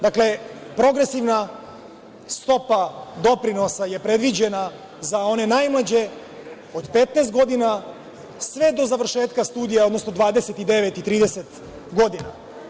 Dakle, progresivna stopa doprinosa je predviđena za one najmlađe od 15 godina, sve do završetka studija, odnosno 29 i 30 godina.